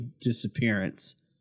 disappearance